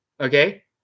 okay